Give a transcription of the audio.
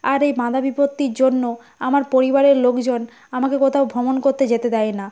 আর এই বাধা বিপত্তির জন্য আমার পরিবারের লোকজন আমাকে কোথাও ভ্রমণ করতে যেতে দেয় না